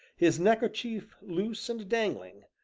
his neckerchief loose and dangling,